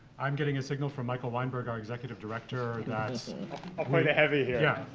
i'm getting a signal from michael weinberg, our executive director that's i'll play the heavy here. yeah,